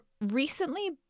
recently